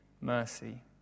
mercy